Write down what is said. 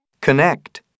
Connect